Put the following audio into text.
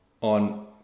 on